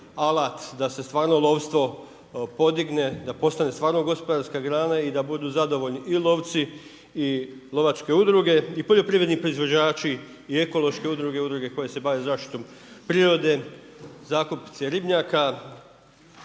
da se stvarno lovstvo podigne, da postigne stvarno gospodarska grana i da budu zadovoljni i lovci i lovačke udruge i poljoprivredni proizvođači i ekološke udruge, udruge koje se bave zaštitom prirode, zakupci ribnjaka,